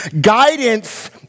Guidance